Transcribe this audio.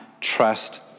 trust